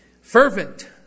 Fervent